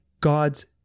God's